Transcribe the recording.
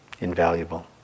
Invaluable